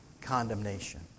condemnation